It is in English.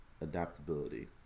adaptability